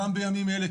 גם בימים אלה,